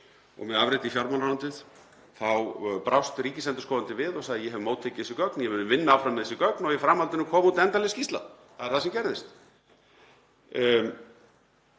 og með afriti í fjármálaráðuneytið þá brást ríkisendurskoðandi við og sagði: Ég hef móttekið þessi gögn, ég mun vinna áfram með þessi gögn. Í framhaldinu kom út endanleg skýrsla. Það er það sem gerðist.